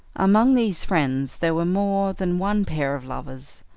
among these friends there were more than one pair of lovers,